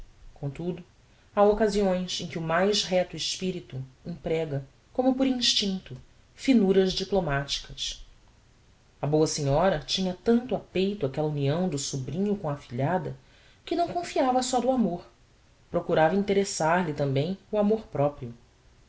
comtudo ha occasiões em que o mais recto espirito emprega como por instincto finuras diplomaticas a boa senhora tinha tanto a peito aquella união do sobrinho com a afilhada que não confiava só do amor procurava interessar lhe tambem o amor proprio